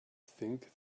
think